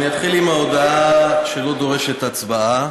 אני אתחיל עם ההודעה שאינה דורשת הצבעה.